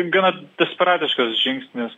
gana desperatiškas žingsnis